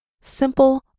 simple